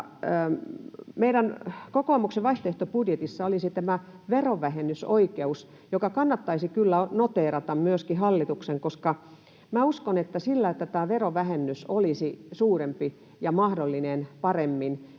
meidän kokoomuksen vaihtoehtobudjetissa olisi tämä verovähennysoikeus, joka kannattaisi kyllä myöskin hallituksen noteerata, koska minä uskon, että sillä, että tämä verovähennys olisi suurempi ja paremmin